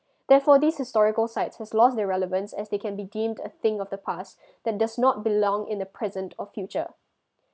therefore these historical sites has lost their relevance as they can be deemed a thing of the past that does not belong in the present or future